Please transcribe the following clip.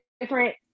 different